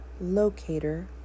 Locator